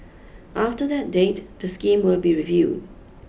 after that date the scheme will be reviewed